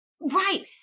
Right